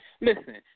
Listen